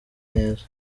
neza